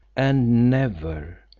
and never,